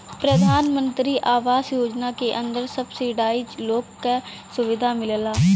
प्रधानमंत्री आवास योजना के अंदर सब्सिडाइज लोन क सुविधा मिलला